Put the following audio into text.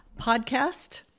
podcast